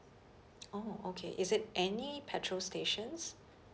orh okay is it any petrol stations